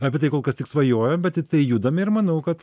apie tai kol kas tik svajojam bet į tai judam ir manau kad